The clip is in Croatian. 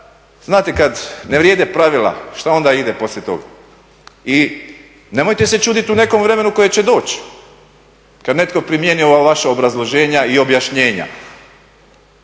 znate kad ne vrijede pravila što onda ide poslije toga? I nemojte se čuditi u nekom vremenu koje će doći kad netko primijeni ova vaša obrazloženja i objašnjenja.